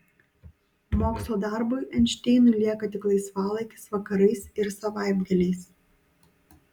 mokslo darbui einšteinui lieka tik laisvalaikis vakarais ir savaitgaliais